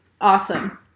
awesome